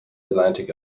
atlantic